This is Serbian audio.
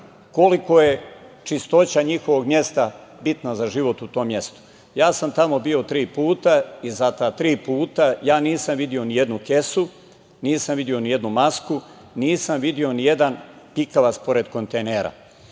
koliko je čistoća njihovog mesta bitna za život u tom mestu. Ja sam tamo bio tri puta i za ta tri puta nisam video nijednu kesu, nisam video nijednu masku, nisam video nijedan pikavac pored kontejnera.